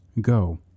go